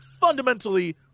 fundamentally